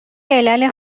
علل